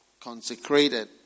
consecrated